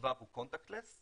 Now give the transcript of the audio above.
השבב הוא contact less,